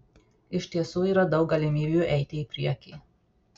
iš tiesų yra daug galimybių eiti į priekį